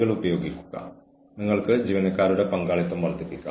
ആ സമയത്ത് ഈ രേഖകൾ ജീവനക്കാരന്റെ കാര്യത്തിലും വളരെ ദോഷകരമാണ്